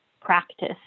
practice